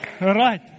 Right